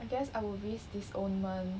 I guess I will risk disownment